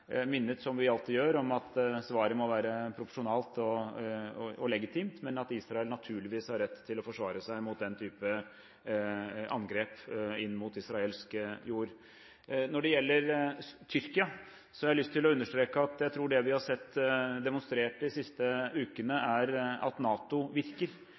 minnet om, som vi alltid gjør, at svaret må være proporsjonalt og legitimt, men at Israel naturligvis har rett til å forsvare seg mot den type angrep inn mot israelsk jord. Når det gjelder Tyrkia, har jeg lyst til å understreke at jeg tror det vi har sett demonstrert de siste ukene, er at NATO virker,